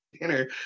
dinner